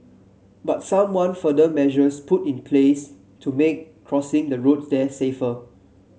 but some want further measures put in place to make crossing the road there safer